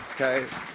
Okay